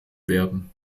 werden